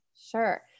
Sure